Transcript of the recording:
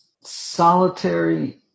solitary